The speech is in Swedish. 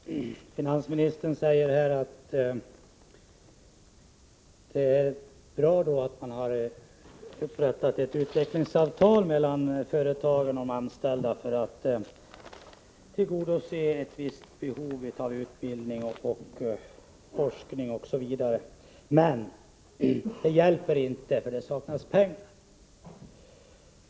Fru talman! Finansministern säger att det är bra att man upprättat ett utvecklingsavtal mellan företagen och de anställda för att tillgodose ett visst behov av utbildning, forskning osv., men att det inte hjälper för det saknas pengar.